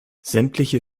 sämtliche